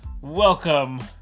Welcome